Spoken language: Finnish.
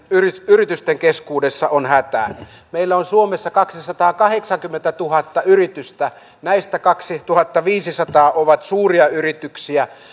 yritysten keskuudessa on hätä meillä on suomessa kaksisataakahdeksankymmentätuhatta yritystä näistä kaksituhattaviisisataa on suuria yrityksiä